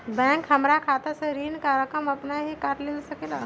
Bank हमार खाता से ऋण का रकम अपन हीं काट ले सकेला?